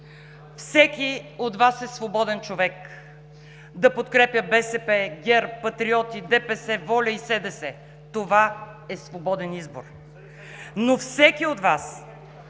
Всеки от Вас е свободен човек – да подкрепя БСП, ГЕРБ, Патриоти, ДПС, „Воля“ и СДС. Това е свободен избор! Но всеки от Вас